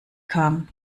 kam